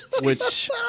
which-